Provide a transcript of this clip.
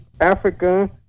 Africa